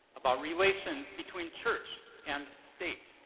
about relations between church and state.